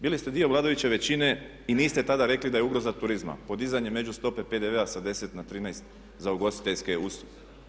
Bili ste dio vladajuće većine i niste tada rekli da je ugroza turizma podizanje među stope PDV-a sa 10 na 13 za ugostiteljske usluge.